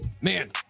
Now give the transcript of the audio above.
Man